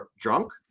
Drunk